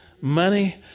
Money